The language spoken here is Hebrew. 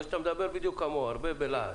אני רואה שאתה מדבר בדיוק כמוהו בלהט.